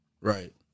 Right